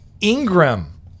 Ingram